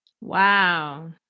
Wow